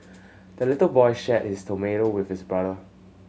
the little boy shared his tomato with his brother